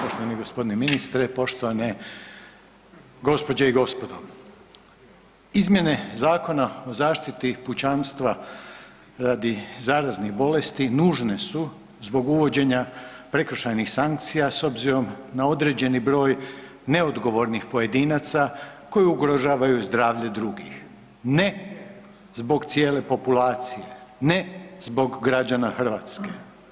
Poštovani gospodine ministre, poštovane gospođe i gospodo, izmjene Zakona o zaštiti pučanstva radi zaraznih bolesti nužne su zbog uvođenja prekršajnih sankcija s obzirom na određeni broj neodgovornih pojedinaca koji ugrožavaju zdravlje drugih, ne zbog cijele populacije, ne zbog građana Hrvatske.